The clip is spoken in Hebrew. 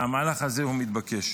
שהמהלך הזה הוא מתבקש.